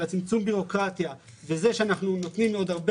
צמצום הבירוקרטיה וזה שאנחנו נותנים לעוד הרבה